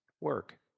work